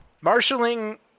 Marshaling